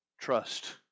Trust